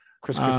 Chris